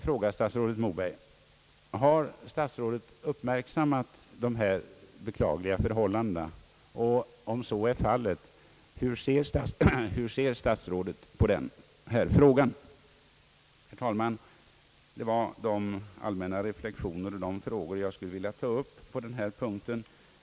Herr talman! Detta var några allmänna reflexioner och de frågor jag skulle vilja ta upp på denna punkt.